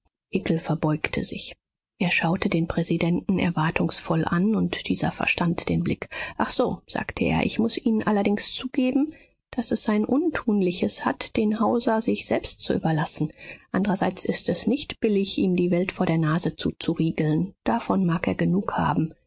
verbeugte sich er schaute den präsidenten erwartungsvoll an und dieser verstand den blick ach so sagte er ich muß ihnen allerdings zugeben daß es sein untunliches hat den hauser sich selbst zu überlassen anderseits ist es nicht billig ihm die welt vor der nase zuzuriegeln davon mag er genug haben